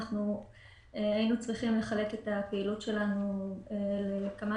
היינו צריכים לחלק את הפעילות שלנו לכמה